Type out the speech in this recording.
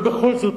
אבל בכל זאת